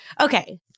Okay